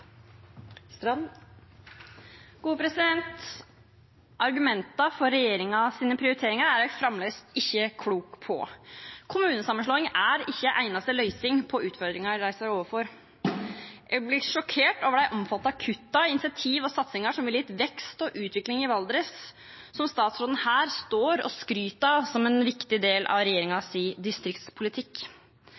Jeg er blitt sjokkert over de omfattende kuttene i initiativ og satsinger som ville gitt vekst og utvikling i Valdres, og som statsråden står her og skryter av som en viktig del av regjeringens distriktspolitikk.